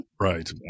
Right